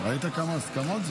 ראית כמה הסכמות?